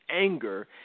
anger